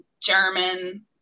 German